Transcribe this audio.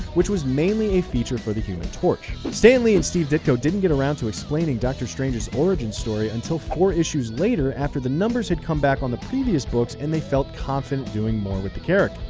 which was mainly a feature for the human torch. stan lee and steve ditko didn't get around to explaining dr. strange's origin story until four issues later, after the numbers had come back on the previous books. and they felt confident doing more with the character.